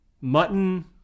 mutton